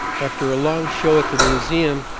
after a long show at the museum,